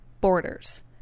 borders